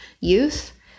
youth